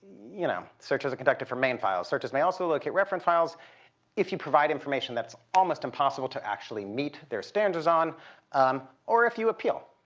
you know searches are conducted for main files. searches may also look at reference files if you provide information that's almost impossible to actually meet their standards on um or if you appeal.